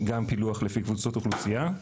גם פילוח לפי קבוצות אוכלוסייה.